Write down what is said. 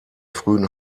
frühen